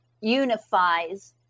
unifies